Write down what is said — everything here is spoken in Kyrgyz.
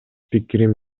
пикирин